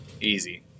Easy